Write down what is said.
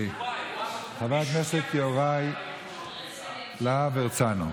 חבר הכנסת יוראי להב הרצנו.